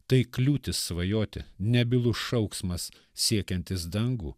tai kliūtis svajoti nebylus šauksmas siekiantis dangų